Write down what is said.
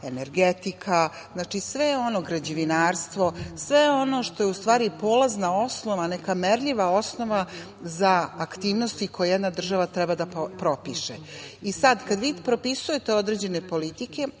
energetika, građevinarstvo. Znači, sve ono što je u stvari polazna osnova, neka merljiva osnova za aktivnosti koje jedna država treba da propiše. Sad, kad vi propisujete određene politike